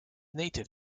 native